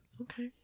Okay